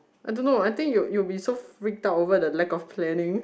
I don't know I think you you'll be so freaked out over the lack of planning